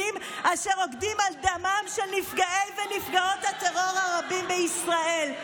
אשר רוקדים על דמם של נפגעי ונפגעות הטרור הרבים בישראל,